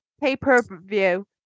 pay-per-view